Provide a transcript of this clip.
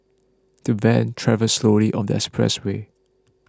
the van travelled slowly on the expressway